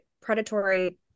predatory